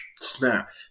snap